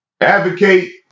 advocate